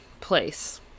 place